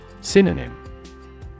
Synonym